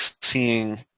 seeing